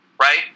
Right